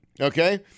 okay